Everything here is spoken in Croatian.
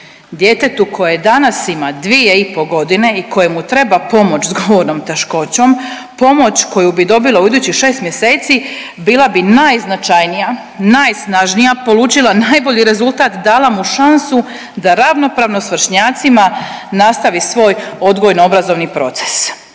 Djetetu koje danas ima dvije i po godine i kojemu treba pomoć s govornom teškoćom pomoć koju bi dobilo u idućih šest mjeseci bila bi najznačajnija, najsnažnija, polučila najbolji rezultat, dala mu šansu da ravnopravno s vršnjacima nastavi svoj odgojno obrazovni proces.